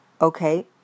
okay